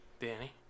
danny